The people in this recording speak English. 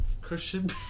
Christian